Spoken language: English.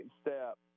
step